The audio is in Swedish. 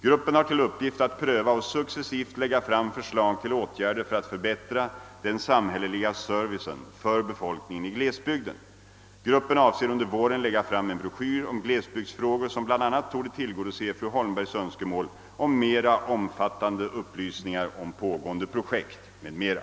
Gruppen har till uppgift att pröva och successivt lägga fram förslag till åtgärder för att förbättra den samhälleliga servicen för befolkningen i glesbygden. Gruppen avser att under våren lägga fram en broschyr om glesbygdsfrågor, som bl.a. torde tillgodose fru Holmbergs önskemål om mera omfattande upplysningar om pågående projekt m.m.